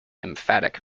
emphatic